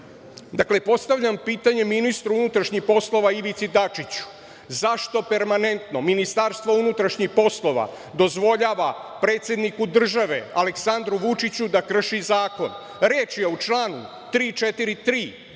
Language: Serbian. Dakle, postavljam pitanje ministru unutrašnjih poslova Ivici Dačiću – zašto permanentno Ministarstvo unutrašnjih poslova dozvoljava predsedniku države Aleksandru Vučiću da krši zakon? Reč je o članu 343,